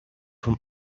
from